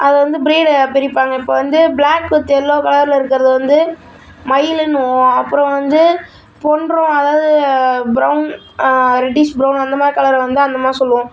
அதை வந்து ப்ரீடை பிரிப்பாங்க இப்போ வந்து ப்ளாக் வித் எல்லோ கலரில் இருக்கிறது வந்து மயிலுன்னுவோம் அப்புறம் வந்து பொன்ரா அதாவது ப்ரவுன் ரெட்டிஷ் ப்ரவுன் அந்தமாதிரி கலரை வந்து அந்தமாதிரி சொல்வோம்